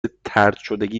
طردشدگی